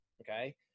Okay